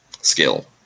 skill